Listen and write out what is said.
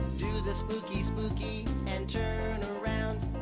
do the spooky spooky and turn around